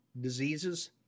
diseases